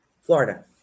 Florida